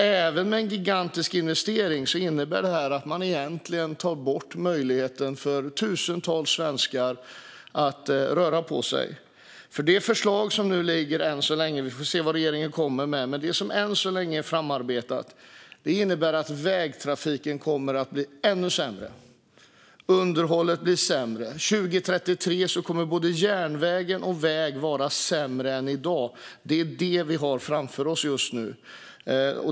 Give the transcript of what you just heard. Även med en gigantisk investering innebär det att man egentligen tar bort möjligheten för tusentals svenskar att röra på sig. Det förslag som än så länge är framarbetat - vi får se vad regeringen kommer med - innebär nämligen att det kommer att bli ännu sämre för vägtrafiken. Underhållet blir sämre. År 2033 kommer både järnvägen och vägarna att vara i sämre skick än i dag. Det är det vi har framför oss just nu.